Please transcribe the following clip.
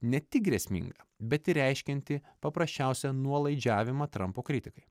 ne tik grėsminga bet ir reiškianti paprasčiausią nuolaidžiavimą trampo kritikai